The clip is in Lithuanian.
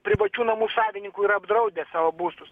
privačių namų savininkų yra apdraudę savo būstus